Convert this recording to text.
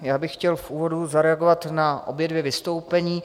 Já bych chtěl v úvodu zareagovat na obě dvě vystoupení.